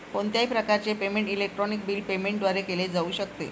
कोणत्याही प्रकारचे payment electronic bill payment द्वारे केले जाऊ शकते